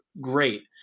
great